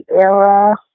era